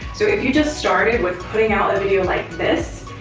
so if you just started with putting out a video like this,